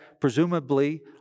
presumably